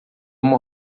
uma